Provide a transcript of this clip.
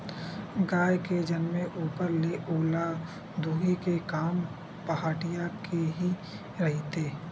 गाय के जनमे ऊपर ले ओला दूहे के काम पहाटिया के ही रहिथे